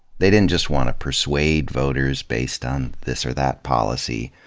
they didn't just want to persuade voters based on this or that policy,